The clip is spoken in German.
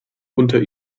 unter